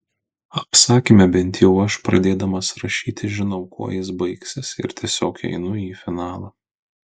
apsakyme bent jau aš pradėdamas rašyti žinau kuo jis baigsis ir tiesiog einu į finalą